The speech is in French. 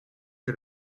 que